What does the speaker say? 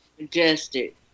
Majestic